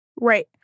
Right